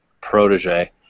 protege